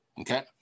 Okay